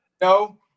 no